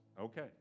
Okay